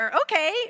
okay